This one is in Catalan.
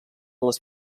les